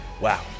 Wow